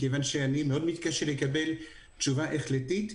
מכיוון שאני מאוד מתקשה לקבל תשובה החלטית.